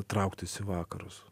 trauktis į vakarus